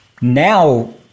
Now